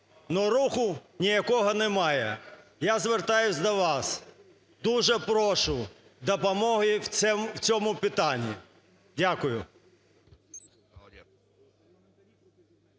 но руху ніякого немає. Я звертаюся до вас, дуже прошу допомоги в цьому питанні. Дякую.